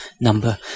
number